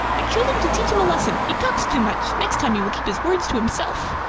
i killed him to teach him a lesson. he talks too much. next time he will keep his words to himself.